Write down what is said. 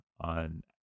on